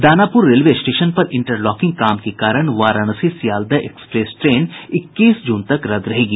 Danapur railway station पर interlocking काम के कारण वाराणसी सियालदह एक्सप्रेस ट्रेन इक्कीस जून तक रद्द रहेगी